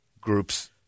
groups